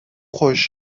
خوش